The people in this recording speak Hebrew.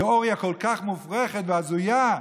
תיאוריה כל כך מופרכת והזויה,